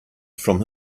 from